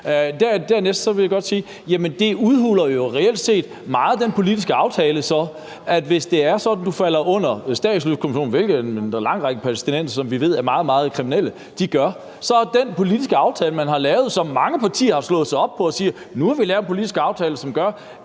Dernæst vil jeg godt sige, at det jo så reelt set udhuler meget af den politiske aftale. Altså, hvis du er omfattet af statsløsekonventionen, hvilket en lang række palæstinenser, som vi ved er meget, meget kriminelle, gør, så er den politiske aftale, man har lavet – og hvor mange partier har slået sig op på at sige, at man nu har lavet en politisk aftale, som gør,